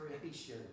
creation